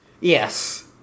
Yes